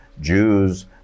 Jews